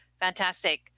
fantastic